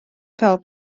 fel